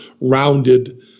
rounded